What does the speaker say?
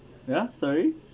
ya sorry